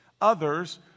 others